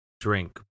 drink